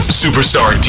superstar